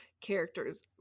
characters